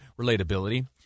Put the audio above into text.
relatability